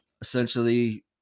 essentially